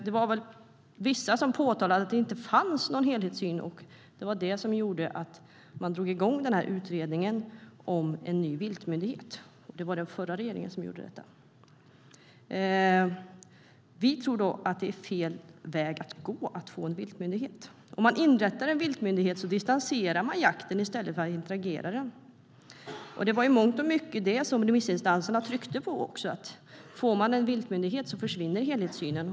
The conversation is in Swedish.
Det fanns vissa som påtalade att det inte fanns någon helhetssyn, och det var det som gjorde att man drog igång utredningen om en ny viltmyndighet. Det var den förra regeringen som gjorde detta. Vi tror att det är fel väg att gå att få en viltmyndighet. Om man inrättar en viltmyndighet distanserar man jakten i stället för att integrera den. Det var i mångt och mycket det som remissinstanserna också tryckte på: Om man får en viltmyndighet försvinner helhetssynen.